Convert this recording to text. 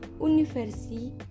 university